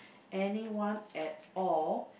anyone at all